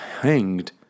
hanged